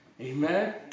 Amen